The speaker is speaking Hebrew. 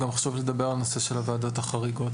גם חשוב לדבר על הנושא של הוועדות החריגות.